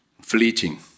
fleeting